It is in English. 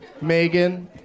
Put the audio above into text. Megan